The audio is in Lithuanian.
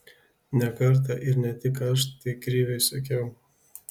ne kartą ir ne tik aš tai kriviui sakiau